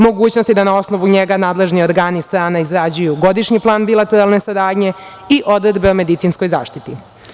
Mogućnosti da na osnovu njega nadležni organi strana izrađuju godišnji plan bilateralne saradnje i odredbe o medicinskoj zaštiti.